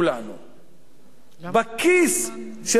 בכיס של האזרח הישראלי.